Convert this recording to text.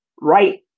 right